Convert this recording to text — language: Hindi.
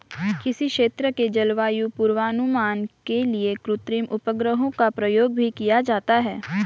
किसी क्षेत्र के जलवायु पूर्वानुमान के लिए कृत्रिम उपग्रहों का प्रयोग भी किया जाता है